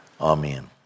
amen